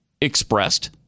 expressed